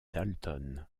dalton